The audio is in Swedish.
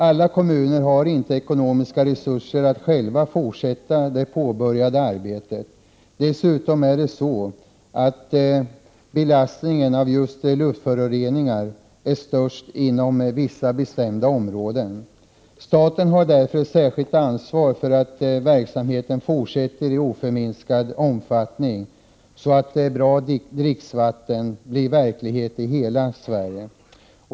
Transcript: Alla kommuner har inte ekonomiska resurser att själva fortsätta det påbörjade arbetet. Dessutom är belastningen av just luftföroreningar störst inom vissa områden. Staten har därför ett särskilt ansvar för att verksamheten kan fortsätta i oförminskad omfattning, så att bra dricksvatten blir verklighet i hela Sverige.